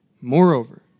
Moreover